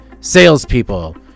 salespeople